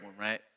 right